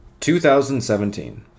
2017